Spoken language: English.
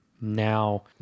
Now